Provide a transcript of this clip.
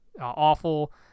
awful